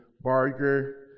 Barger